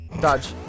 Dodge